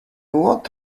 what